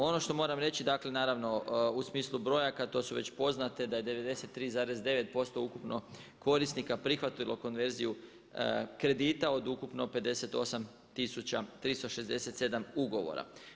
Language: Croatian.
Ono što moram reći, dakle naravno u smislu brojaka to su već poznate da je 93,9% ukupno korisnika prihvatilo konverziju kredita od ukupno 58367 ugovora.